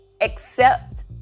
accept